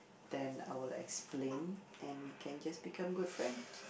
then I will explain and we can just become good friends